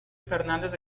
fernández